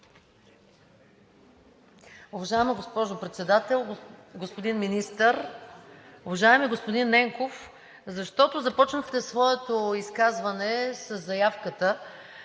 Уважаема госпожо Председател, господин Министър! Уважаеми господин Ненков, защото започнахте своето изказване със заявката,